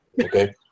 Okay